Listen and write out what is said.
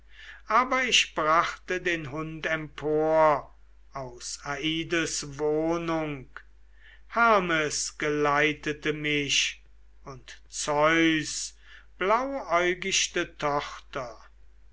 aber ich brachte den hund empor aus aides wohnung hermes geleitete mich und zeus blauäugichte